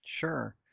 Sure